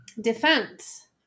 defense